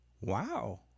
wow